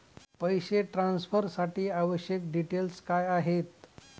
पैसे ट्रान्सफरसाठी आवश्यक डिटेल्स काय आहेत?